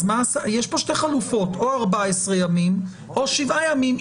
יש פה שתי חלופות, או 14 ימים או שבעה ימים.